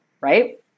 right